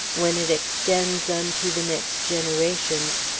when it extends unto the next generations,